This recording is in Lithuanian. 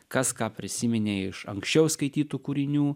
kas ką prisiminė iš anksčiau skaitytų kūrinių